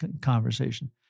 conversation